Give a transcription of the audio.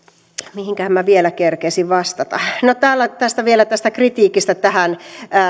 mihinkähän minä vielä kerkiäisin vastata no vielä tästä kritiikistä